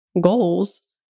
goals